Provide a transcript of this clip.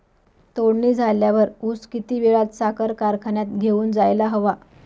तोडणी झाल्यावर ऊस किती वेळात साखर कारखान्यात घेऊन जायला हवा?